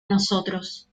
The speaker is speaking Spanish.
nosotros